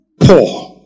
Poor